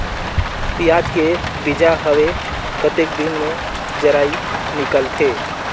पियाज के बीजा हवे कतेक दिन मे जराई निकलथे?